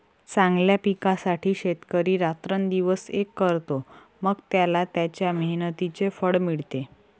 चांगल्या पिकासाठी शेतकरी रात्रंदिवस एक करतो, मग त्याला त्याच्या मेहनतीचे फळ मिळते